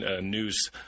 news